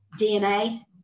DNA